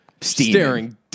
staring